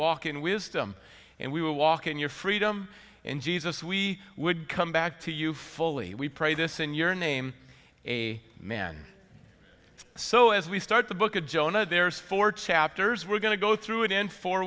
walk in with them and we will walk in your freedom in jesus we would come back to you fully we pray this in your name a man so as we start the book of jonah there's four chapters we're going to go through it in four